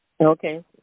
Okay